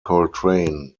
coltrane